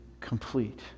complete